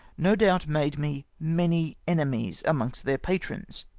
no doubt made me many enemies amongst their patrons.